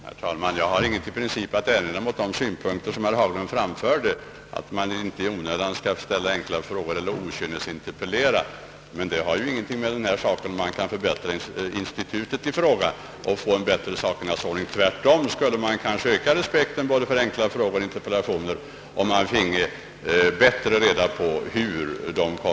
Herr talman! Jag har i princip ingenting att erinra mot de synpunkter som herr Haglund framförde om att man inte i onödan skall ställa enkla frågor eller okynnesinterpellera. Men detta har ingenting att göra med frågan huruvida man kan förbättra det institut det gäller. Om man bättre finge reda på hur enkla frågor och interpellationer kommer att besvaras, skulle respekten för dem öka.